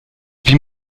wie